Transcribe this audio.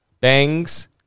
Bangs